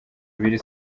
biri